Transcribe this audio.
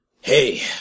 Hey